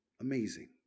Amazing